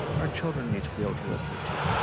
our children need to be able to live here, too.